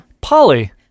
Polly